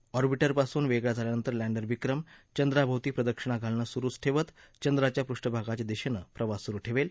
ऑर्बिटरपासून वेगळा झाल्यानंतर लँडर विक्रिम चंद्राभोवती प्रदक्षिणा घालणं सुरुच ठेवत चंद्राच्या पृष्ठभागाच्या दिशेने प्रवास सुरु ठेवेल